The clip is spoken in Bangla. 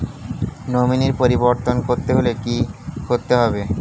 নমিনি পরিবর্তন করতে হলে কী করতে হবে?